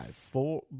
four